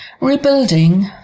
Rebuilding